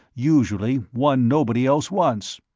usually one nobody else wants.